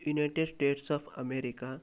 United States of America